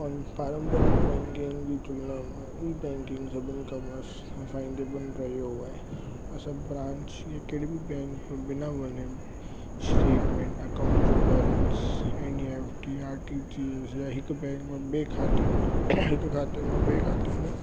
हुन पारंपरिक बैंकियुनि जी तुलना में ई बैंकिंग सभिनि खां मस्त ऐं फ़ाइदेमंद रहियो आहे असां ब्रांच या कहिड़ी बि बैंक में बिना वञे स्टेटमेंट अकाउंट जो balance N E F T R T G S हिक बैंक मां ॿिए खाते में हिक खाते खां ॿिए खाते में